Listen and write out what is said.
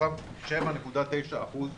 מתוכם 7.9% חיוביים.